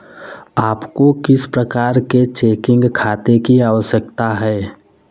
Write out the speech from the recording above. आपको किस प्रकार के चेकिंग खाते की आवश्यकता है?